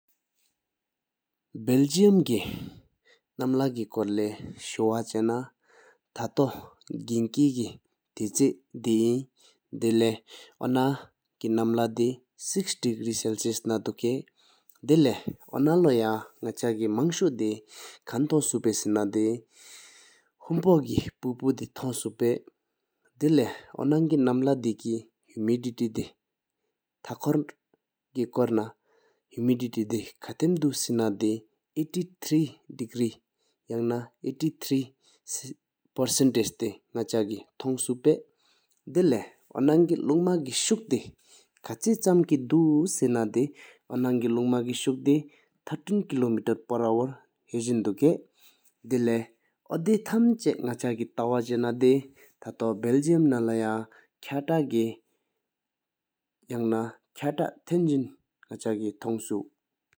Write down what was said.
བེལ་ཇིཡམ་གི་ནམ་ལྷ་གི་སྐོར་ལས་ཤུ་བ་ཅ་ན། ཐ་ཐོ་གིན་ཀ་ལུ་ཐེ་ཆེ་བྱིན་ན། དེ་ལེའུ་ནམ་ལྷ་འདི་དྲུག་གིརི་སེལ་སིཡས་འདུས་སྐད་དུ་འདུག། དེ་ལེའུ་ན་ལོ་ཡང་ནག་ཅ་ལུ་དམངས་ཤུ་ཁབ་ཐོ་སྤུ་སེ་ན་འདི་ཧམ་པོ་གི་ཧོང་བོ་དེ་བོད་ཅུ་པའི་ཚུགས་པར་སོང། དེ་ལེའུ་ནང་གི་ནམ་ལྷ་འདི་གི་ཧུ་མི་ཊི་ཌི་འདུག་བསམ་པ་དཀོར་ན་ཧུ་མི་ཌི་སྐོར་ཉི་ཧག་ཏམ་དུ་བསྒོམ་སེ་ན་འདི་རྒྱབ་གསུངས་རྩིས་ལུ་ཉི་ཧག་ལིནས་ཅ་ལུ་ཡང་ན་བོད་ཉག་ཅ་ལུ་སྟོངས་སོ་སྐོར་གཅིག་ཅུ་པའི་ཚུགས་འདུག། དེ་ལེའུ་ནང་གི་ལུང་མ་ཀུ་ཤུག་སྐོར་ད་ཁོང་དོད་གདུ་ད་སི་ནམས་སུ་གུར་གཅུ་ཋཱར་ཀེ་གག་གུ་སོངས། དེ་ལེའུ་ནཨ་ཅ་པའི་གླིང་ཅ་གི་ནག་ཅ་གི་རྒལ་གཏར་གཅོག་ནཨ་བོད་ཐ་རྐམ་ཉི་ཧག་ནཨ་ཡང་གཅིག་ཁ་ཚིག་གཅུ་པའི་ཚུགས་འདུག།